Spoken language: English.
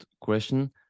question